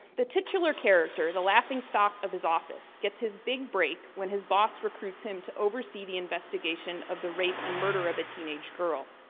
the titular character, the laughing stock of his office, gets his big break when his boss recruits him to oversee the investigation of the rape and murder of a teenage girl.